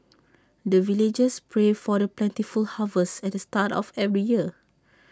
the villagers pray for the plentiful harvest at the start of every year